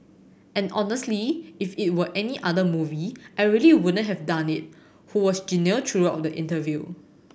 and honestly if it were any other movie I really wouldn't have done it who was genial throughout the interview